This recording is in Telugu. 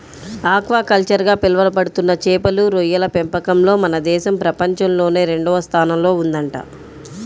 ఆక్వాకల్చర్ గా పిలవబడుతున్న చేపలు, రొయ్యల పెంపకంలో మన దేశం ప్రపంచంలోనే రెండవ స్థానంలో ఉందంట